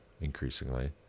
increasingly